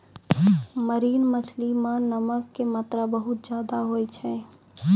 marine मछली मॅ नमक के मात्रा बहुत ज्यादे होय छै